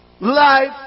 life